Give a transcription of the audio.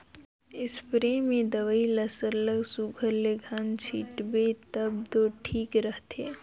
spray में दवई ल सरलग सुग्घर ले घन छींचबे तब दो ठीक रहथे